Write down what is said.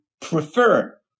prefer